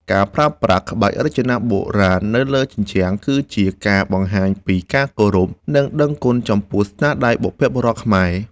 ការប្រើប្រាស់ក្បាច់រចនាបុរាណនៅលើជញ្ជាំងគឺជាការបង្ហាញពីការគោរព និងដឹងគុណចំពោះស្នាដៃបុព្វបុរសខ្មែរ។